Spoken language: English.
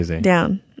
down